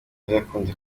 yakunze